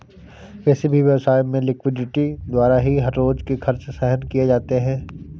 किसी भी व्यवसाय में लिक्विडिटी द्वारा ही हर रोज के खर्च सहन किए जाते हैं